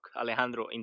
Alejandro